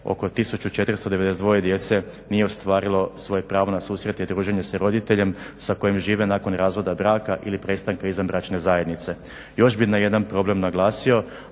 oko 1492 djece nije ostvarilo svoje pravo na susret i druženje s roditeljem sa kojim žive nakon razvoda braka ili prestanka izvanbračne zajednice. Još bih jedan problem naglasio,